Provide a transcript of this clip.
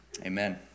Amen